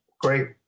great